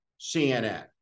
CNN